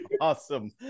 awesome